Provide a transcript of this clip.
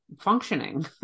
functioning